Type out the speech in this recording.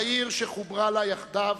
העיר שחוברה לה יחדיו